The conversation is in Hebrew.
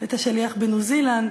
ואת השליח בניו-זילנד.